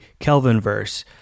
Kelvinverse